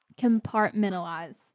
Compartmentalize